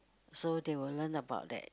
so they will learn about that